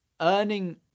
earning